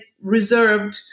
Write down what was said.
reserved